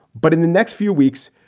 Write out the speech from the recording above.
but in the next few weeks,